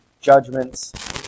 judgments